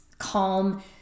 calm